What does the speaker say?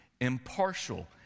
impartial